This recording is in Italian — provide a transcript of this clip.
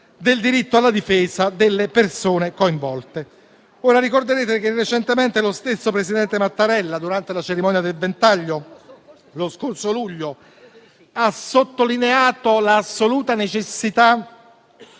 del diritto alla difesa delle persone coinvolte. Ricorderete che recentemente lo stesso presidente Mattarella, durante la cerimonia del ventaglio dello scorso luglio, ha sottolineato l'assoluta necessità